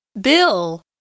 Bill